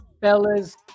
fellas